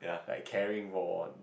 like carrying more